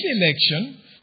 election